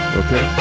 okay